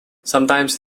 sometimes